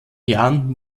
jahren